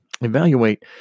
Evaluate